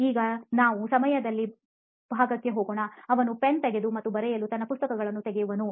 ಈಗ ನಾವು 'ಸಮಯದಲ್ಲಿ' ಭಾಗಕ್ಕೆ ಹೋಗೋಣ ಅವರ ಪೆನ್ನು ತೆಗೆದು ಮತ್ತು ಬರೆಯಲು ಅವರ ಪುಸ್ತಕವನ್ನು ತೆಗೆಯುವದು